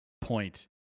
point